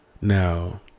Now